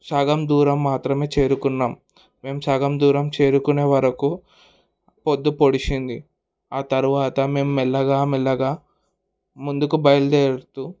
సగం దూరం మాత్రమే చేరుకున్నాం మేము సగం దూరం చేరుకునే వరకు పొద్దు పొడిచింది ఆ తరువాత మేము మెల్లగా మెల్లగా ముందుకు బయలుదేరుతూ